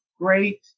great